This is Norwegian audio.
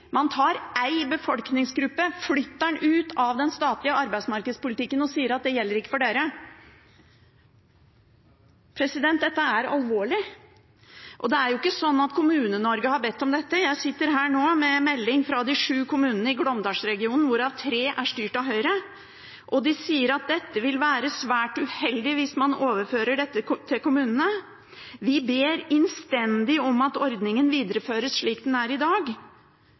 Man tar en befolkningsgruppe, flytter den ut av den statlige arbeidsmarkedspolitikken og sier: Det gjelder ikke for dere. Dette er alvorlig. Og det er jo ikke slik at Kommune-Norge har bedt om dette. Jeg sitter her nå med en melding fra de sju kommunene i Glåmdalsregionen, hvorav tre er styrt av Høyre. De sier at det vil være svært uheldig hvis man overfører dette til kommunene, og de ber innstendig om at ordningen videreføres slik den er i dag.